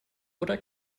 oder